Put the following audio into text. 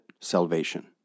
salvation